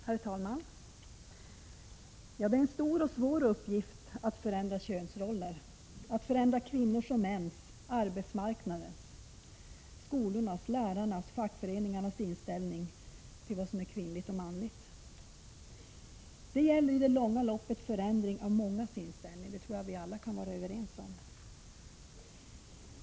Herr talman! Det är en stor och svår uppgift att förändra könsroller och kvinnors och mäns, arbetsmarknadens, skolornas, lärarnas och fackföreningarnas inställning till vad som är kvinnligt och manligt. Det gäller i det långa loppet en förändring av mångas inställning. Det kan vi alla vara överens om.